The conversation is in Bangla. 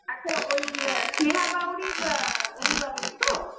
আচ্ছা ওই স্নেহা বাউড়ির অভিভাবক তো